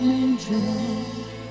angels